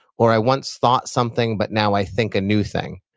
or i once thought something but now i think a new thing.